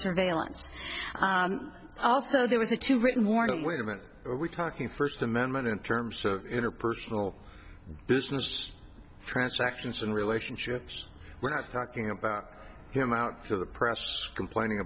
surveillance also there was a two written warning women are we talking first amendment in terms of interpersonal business transactions and relationships we're not talking about him out for the press complaining